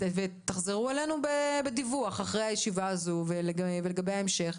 ותחזרו אלינו בדיווח אחרי הישיבה הזאת ולגבי ההמשך.